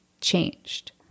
changed